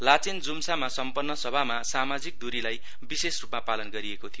लाचेन जुमसामा सम्पन्न सभामा सामाजिक दुरीलाई विशेष रूपमा पालन गरिएको थियो